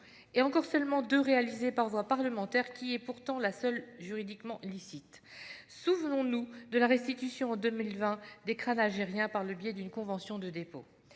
et encore seulement deux ont été réalisées par voie parlementaire, qui est pourtant la seule juridiquement licite. Souvenons-nous de la restitution en 2020 des crânes algériens par le biais d'une convention de dépôt